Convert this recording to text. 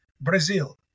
Brazil